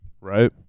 right